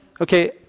okay